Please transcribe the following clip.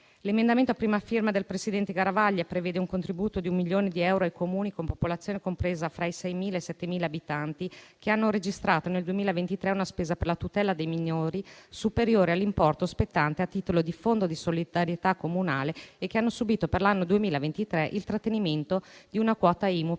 L'emendamento a prima firma del presidente Garavaglia prevede un contributo di un milione di euro ai Comuni con popolazione compresa fra i 6.000 e i 7.000 abitanti che hanno registrato nel 2023 una spesa per la tutela dei minori superiore all'importo spettante a titolo di Fondo di solidarietà comunale e che hanno subito per l'anno 2023 il trattenimento di una quota IMU per